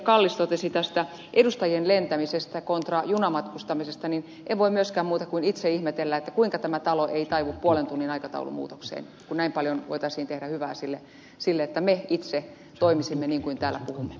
kallis totesi tästä edustajien lentämisestä contra junamatkustamisesta niin en voi itse myöskään muuta kuin ihmetellä kuinka tämä talo ei taivu puolen tunnin aikataulumuutokseen kun näin paljon voitaisiin tehdä hyvää sillä että me itse toimisimme niin kuin täällä puhumme